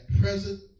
present